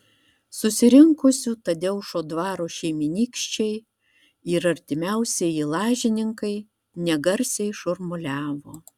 susirinkusių tadeušo dvaro šeimynykščiai ir artimiausieji lažininkai negarsiai šurmuliavo